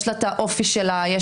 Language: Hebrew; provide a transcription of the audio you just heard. יש האופי שלה,